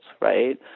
right